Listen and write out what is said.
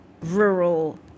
rural